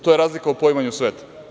To je razlika u poimanju sveta.